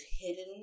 hidden